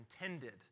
intended